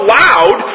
loud